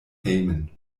hejmen